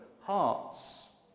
hearts